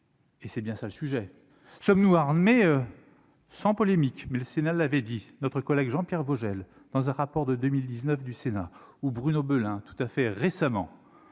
Et c'est bien ça le sujet, sommes-nous armée sans polémique, mais le Sénat l'avait dit, notre collègue Jean-Pierre Vogel, dans un rapport de 2019 du Sénat ou Bruno Belin tout à fait récemment